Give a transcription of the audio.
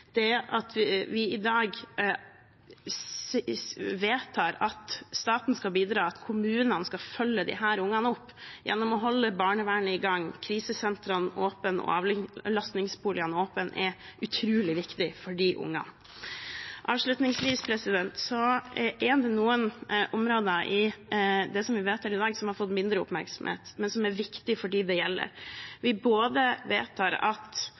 Det at vi i dag vedtar at staten skal bidra til at kommunene skal følge opp disse ungene gjennom å holde barnevernet i gang, krisesentrene åpne og avlastningsboligene åpne, er utrolig viktig for de ungene. Avslutningsvis: Det er noen områder i det som vi vedtar i dag, som har fått mindre oppmerksomhet, men som er viktig for dem det gjelder. Vi vedtar både at